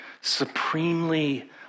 supremely